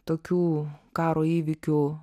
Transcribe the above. tokių karo įvykių